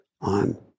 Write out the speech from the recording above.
on